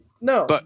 No